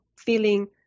feeling